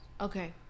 okay